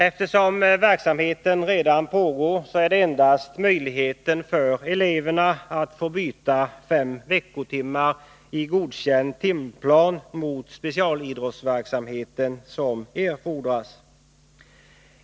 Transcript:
Eftersom verksamheten redan pågår är det endast möjligheten för eleverna att få byta fem veckotimmar i godkänd timplan mot specialidrottsverksamheten som erfordras.